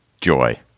joy